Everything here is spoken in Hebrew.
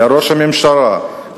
לראש הממשלה,